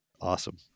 Awesome